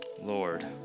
Lord